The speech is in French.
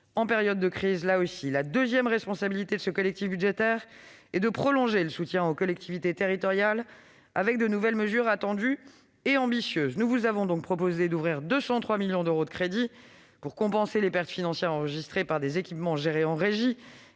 J'en profite pour les saluer. La deuxième responsabilité de ce collectif budgétaire est de prolonger le soutien aux collectivités territoriales, avec de nouvelles mesures attendues et ambitieuses. Nous vous avons donc proposé d'ouvrir 203 millions d'euros de crédits pour compenser les pertes financières enregistrées par des équipements gérés en régie